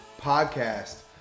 podcast